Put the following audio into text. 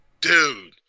dude